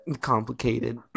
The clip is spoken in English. complicated